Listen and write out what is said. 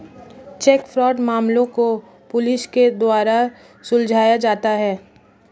check fraud मामलों को police के द्वारा सुलझाया जाता है